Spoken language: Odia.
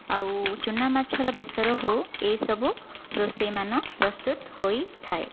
ଆଉ ଚୂନାମାଛର ବେସର ହେଉ ଏହିସବୁ ରୋଷେଇମାନ ପ୍ରସ୍ତୁତ ହୋଇଥାଏ